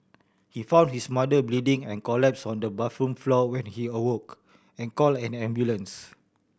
he found his mother bleeding and collapsed on the bathroom floor when he awoke and called an ambulance